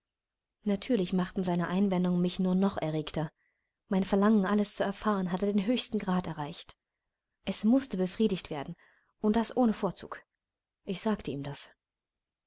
natürlich machten seine einwendungen mich nur noch erregter mein verlangen alles zu erfahren hatte den höchsten grad erreicht es mußte befriedigt werden und das ohne vorzug ich sagte ihm das